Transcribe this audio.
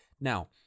Now